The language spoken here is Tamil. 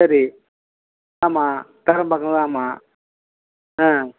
சரி ஆமாம் ஆமாம் ஆ